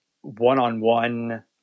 one-on-one